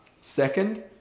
Second